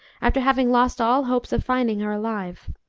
after having lost all hopes of finding her alive.